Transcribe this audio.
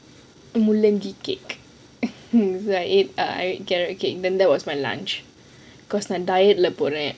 முள்ளாகி கேக்:mullaaki keek like I ate carrot cake then that was my lunch cause my diet ல போறேன்:la poren